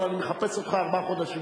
אבל אני מחפש אותך ארבעה חודשים.